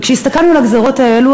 כשהסתכלנו על הגזירות האלו,